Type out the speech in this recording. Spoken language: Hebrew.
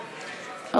לפרוטוקול.